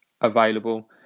available